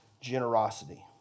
generosity